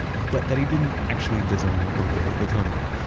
but that he didn't actually design or build the tunnel.